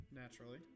naturally